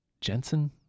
Jensen